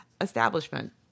establishment